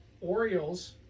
Orioles